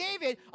David